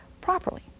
properly